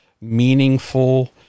meaningful